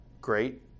great